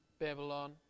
babylon